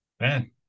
Man